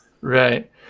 Right